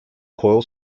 coil